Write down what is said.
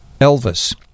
Elvis